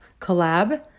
Collab